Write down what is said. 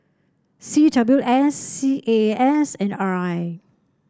C W S C A A S and R I